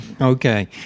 Okay